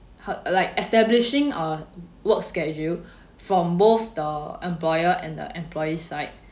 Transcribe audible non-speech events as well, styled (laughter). ha~ like establishing a work schedule (breath) from both the employer and the employee's side